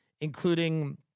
including